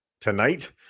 tonight